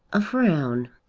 a frown,